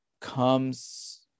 comes